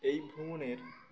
এই ভ্রমণের